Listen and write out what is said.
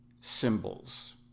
symbols